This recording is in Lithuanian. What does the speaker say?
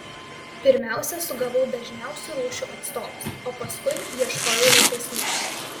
pirmiausia sugavau dažniausių rūšių atstovus o paskui ieškojau retesnių